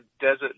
desert